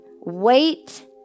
Wait